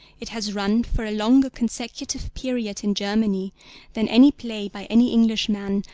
it has run for a longer consecutive period in germany than any play by any englishman,